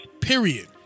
period